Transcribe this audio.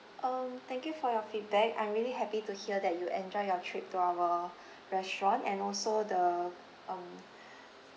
um thank you for your feedback I'm really happy to hear that you enjoy your trip to our restaurant and also the um